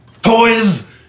toys